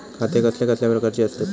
खाते कसल्या कसल्या प्रकारची असतत?